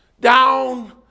down